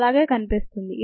అలాగే కనిపిస్తుంది